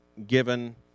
given